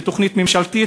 ותוכנית ממשלתית,